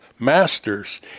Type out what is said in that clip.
Masters